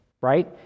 right